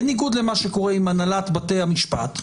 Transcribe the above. בניגוד למה שקורה עם הנהלת בתי המשפט,